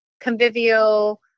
convivial